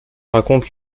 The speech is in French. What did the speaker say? raconte